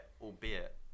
albeit